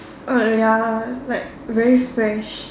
ah ya like very fresh